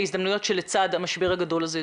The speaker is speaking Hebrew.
שלצד המשבר הגדול הזה.